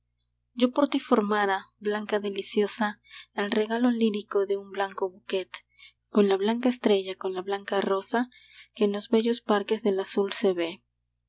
yo por ti formara blanca deliciosa el regalo lírico de un blanco bouquet con la blanca estrella con la blanca rosa que en los bellos parques del azul se ve